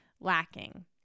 lacking